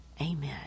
Amen